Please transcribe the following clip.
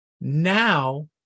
now